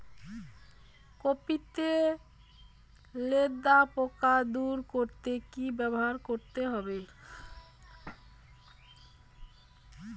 Copy তে লেদা পোকা দূর করতে কি ব্যবহার করতে হবে?